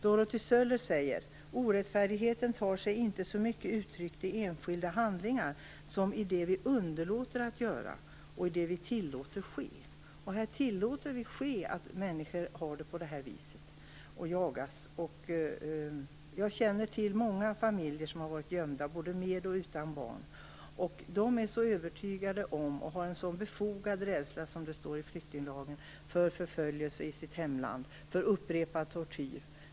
Dorothy Söller säger: Orättfärdigheten tar sig inte så mycket uttryck i enskilda handlingar som i det vi underlåter att göra och i det vi tillåter ske. Här tillåter vi det ske, att människor har det på det här viset och att de jagas. Jag känner till många familjer som har varit gömda, både med och utan barn. De är övertygade om och har en befogad rädsla, som det står i flyktinglagen, för förföljelse i sitt hemland, för upprepad tortyr.